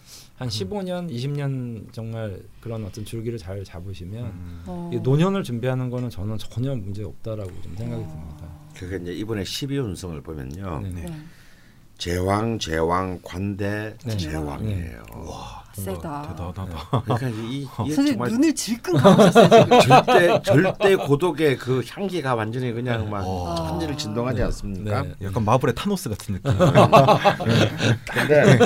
한 15 년, 음. 20 년 정말 그런 어떤 줄기를 잘 잡으시면 음. 음. 이게 노년을 준비하는 거는 저는 전혀 문제 없다라고 좀 생각이 음. 듭니다. 그게 이제 이번에 12 운성을 보면요. 네, 네. 네. 제왕, 제왕, 관대, 네, 네. 제왕이에요. 네. 와, 그런 세다. 것 같아요. 대단하다. 네. 그러니까 이- 이게 선생님, 정말 눈을 질끈 감으셨어요, 지금. 절대- 절대 고독의 그 향기가 완전히 그냥 막 네. 천지를 진동하지 네. 않습니까? 네, 네. 약간 마블의 타노스 같은 느낌. 음. 근데